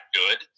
good